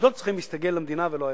המוסדות צריכים להסתגל למדינה, ולא ההיפך.